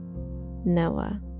Noah